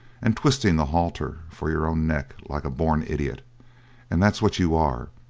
and twisting the halter for your own neck like a born idiot and that's what you are,